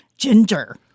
Ginger